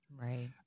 Right